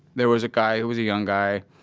there was a guy who was a young guy,